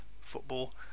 Football